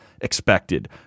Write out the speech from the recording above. expected